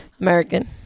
American